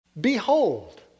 Behold